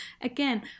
again